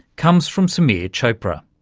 comes from samir chopra.